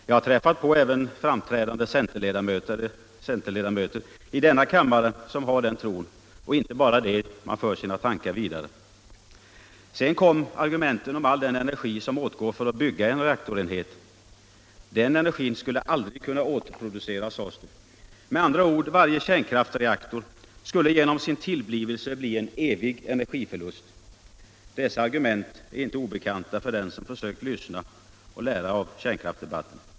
Jag har träffat på även framträdande centerledamöter i denna kammare som har den tron — och inte bara det, man för sina tankar vidare. Sedan kom argumenten om all den energi som åtgår för att bygga en reaktorenhet. Den energin skulle aldrig kunna återproduceras, sades det. Med andra ord, varje kärnkraftsreaktor skulle genom sin tillblivelse bli en evig energiförlust. Dessa argument är inte obekanta för den som försökt lyssna och lära av kärnkraftsdebatten.